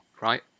right